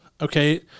Okay